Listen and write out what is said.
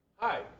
Hi